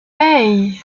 hey